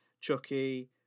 Chucky